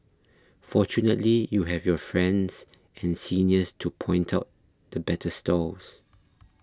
fortunately you have your friends and seniors to point out the better stalls